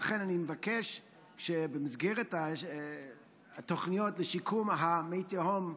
לכן, אני מבקש שבמסגרת התוכניות לשיקום מי התהום,